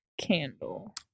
candle